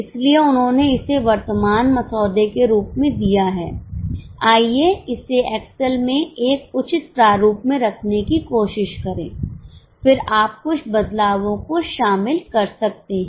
इसलिए उन्होंने इसे वर्तमान मसौदे के रूप में दिया है आइए इसे एक्सेल में एक उचित प्रारूप में रखने की कोशिश करें फिर आप कुछ बदलावों को शामिल कर सकते हैं